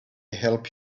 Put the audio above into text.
help